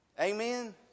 Amen